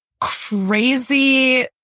crazy